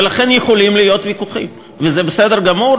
לכן יכולים להיות ויכוחים, וזה בסדר גמור.